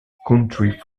country